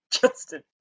Justin